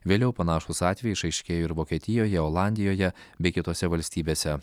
vėliau panašūs atvejai išaiškėjo ir vokietijoje olandijoje bei kitose valstybėse